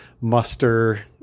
muster